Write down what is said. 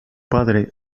padre